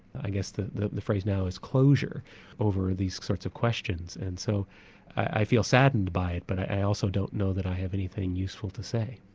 i guess the the phrase now is closure over these sorts of questions, and so i feel saddened by it but i also don't know that i have anything useful to say.